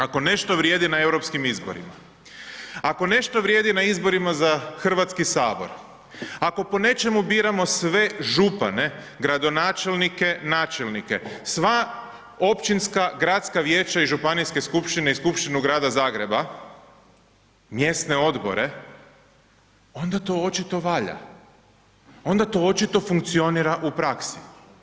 Ako nešto vrijedi na europskim izborima, ako nešto vrijedi na izborim aza Hrvatski sabor, ako po nečemu biramo sve župane, gradonačelnike, načelnike, sva općinska, gradska vijeća i županijske skupštine i skupštinu Grada Zagreba, mjesne odbore, onda to očito valja, onda to očito funkcionira u praksi.